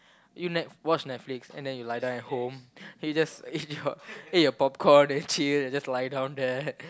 you Net~ watch Netflix and then you lay down at home and you just eat your eat your popcorn and chill and just lie down there